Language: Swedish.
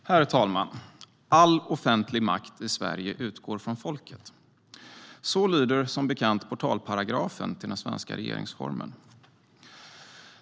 Herr talman! "All offentlig makt i Sverige utgår från folket." Så lyder som bekant portalparagrafen till den svenska regeringsformen.